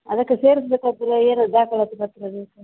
ಅದಕ್ಕೆ ಸೇರಿಸ ಬೇಕಾದರೆ ಏನು ದಾಖಲಾತಿ ಪತ್ರ ಬೇಕು